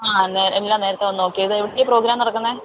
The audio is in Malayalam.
അ നേരത്തെ എല്ലാം നേരത്തേ വന്ന് നോക്കാം ഇത് എവിടെയാണ് ഈ പ്രോഗ്രാം നടക്കുന്നത്